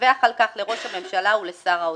תדווח על כך לראש הממשלה ולשר האוצר.